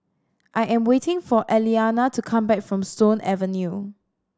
I am waiting for Elianna to come back from Stone Avenue